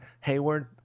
Hayward